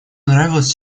нравилось